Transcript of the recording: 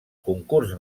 concurs